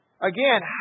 Again